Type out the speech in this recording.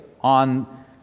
on